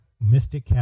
mystic